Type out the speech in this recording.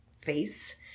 face